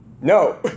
No